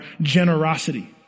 generosity